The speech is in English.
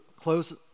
close